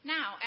Now